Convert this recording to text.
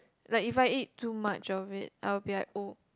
like if I eat too much of it I'll be like oh